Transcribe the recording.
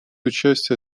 участие